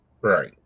Right